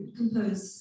compose